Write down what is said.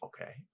Okay